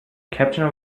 captain